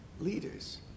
leaders